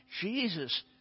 Jesus